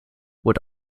would